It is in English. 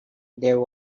there